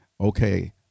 okay